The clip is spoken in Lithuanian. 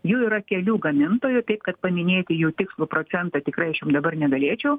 jų yra kelių gamintojų taip kad paminėti jų tikslų procentą tikrai aš jum dabar negalėčiau